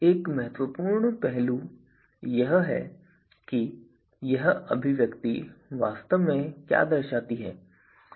एक महत्वपूर्ण पहलू यह है कि यह अभिव्यक्ति वास्तव में क्या दर्शाती है